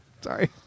Sorry